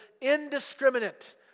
indiscriminate